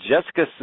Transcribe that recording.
Jessica